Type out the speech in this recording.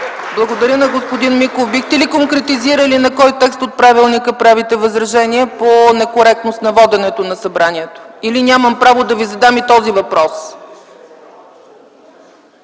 Благодаря на господин Миков. Бихте ли конкретизирали на кой текст от правилника правите възражение по некоректност на воденето на събранието? Или нямам право да Ви задам и този въпрос?